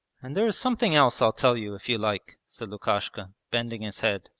and there is something else i'll tell you if you like said lukashka, bending his head.